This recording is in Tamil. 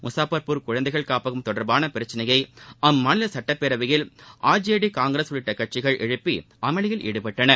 முளாப்பர்பூர் குழந்தைகள் காப்பகம் தொடர்பான பிரச்சனையை அம்மாநில சுட்டப்பேரவையில் ஆர்ஜேடி காங்கிரஸ் உள்ளிட்ட கட்சிகள் எழுப்பி அமளியல் ஈடுபட்டன